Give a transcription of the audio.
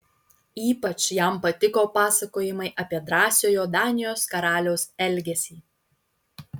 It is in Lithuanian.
ypač jam patiko pasakojimai apie drąsiojo danijos karaliaus elgesį